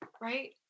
right